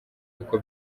uko